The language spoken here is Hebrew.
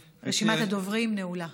רשימת הדוברים נעולה.